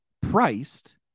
priced